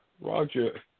Roger